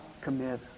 commit